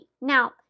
Now